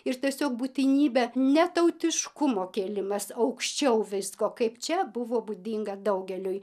ir tiesiog būtinybė ne tautiškumo kėlimas aukščiau visko kaip čia buvo būdinga daugeliui